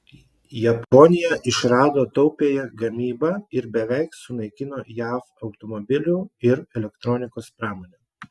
japonija išrado taupiąją gamybą ir beveik sunaikino jav automobilių ir elektronikos pramonę